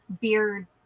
beard